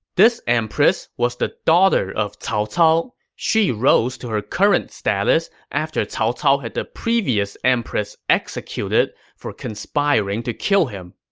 this empress was the daughter of cao cao, and she rose to her current status after cao cao had the previous empress executed for conspiring to kill him